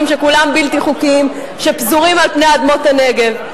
שכולם בלתי חוקיים ופזורים על פני אדמות הנגב?